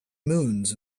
moons